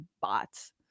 bots